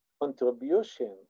contribution